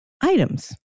items